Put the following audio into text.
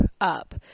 up